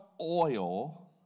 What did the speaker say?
oil